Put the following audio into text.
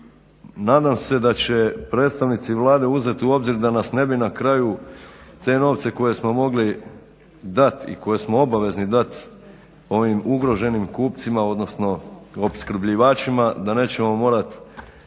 nadam se da će predstavnici Vlade uzeti u obzir da nas ne bi na kraju te novce koje smo mogli dati i koje smo obavezni dati ovim ugroženim kupcima, odnosno opskrbljivačima da nećemo morati